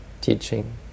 teaching